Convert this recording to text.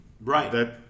Right